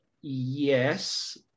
Yes